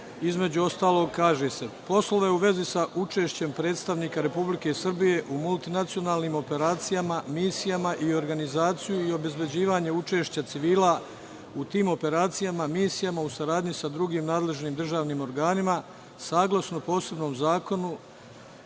Između ostalog, kaže se – poslove u vezi sa učešćem predstavnika Republike Srbije u multinacionalnim operacijama, misijama, i organizaciju i obezbeđivanje učešća civila u tim operacijama, misija, u saradnji sa drugim nadležnim državnim organima, saglasno posebnom zakonu,